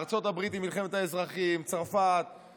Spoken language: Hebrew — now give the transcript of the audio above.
ארצות הברית עם מלחמת האזרחים, צרפת,